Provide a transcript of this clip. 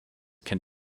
can